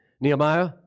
Nehemiah